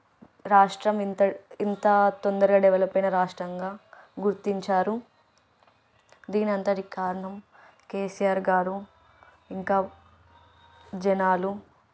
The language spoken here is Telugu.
రాష్ట్రం ఇంత ఇంత తొందరగా డెవలప్ అయిన రాష్ట్రంగా గుర్తించారు దీని అంతటికి కారణం కేసీఆర్ గారు ఇంకా జనాలు